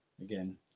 again